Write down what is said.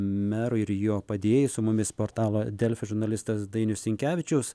merui ir jo padėjėjai su mumis portalo delfi žurnalistas dainius sinkevičius